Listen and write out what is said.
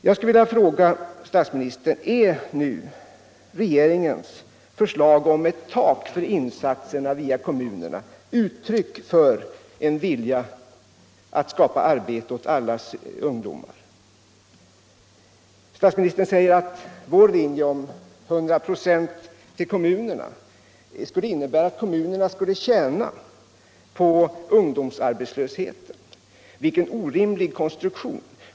Jag skulle vilja fråga statsministern om regeringens förslag om ett tak för insatserna via kommunerna är ett uttryck för en vilja att skapa arbete åt alla ungdomar. Statsministern säger att vår linje om ett bidrag på 100 96 till kommunerna skulle innebära att kommunerna skulle tjäna på ungdomsarbetslösheten. Vilken orimlig slutsats!